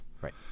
Right